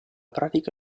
pratica